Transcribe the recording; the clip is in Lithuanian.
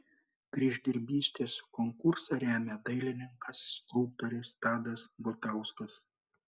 kryždirbystės konkursą remia dailininkas skulptorius tadas gutauskas